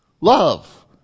Love